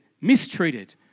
mistreated